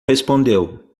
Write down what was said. respondeu